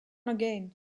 again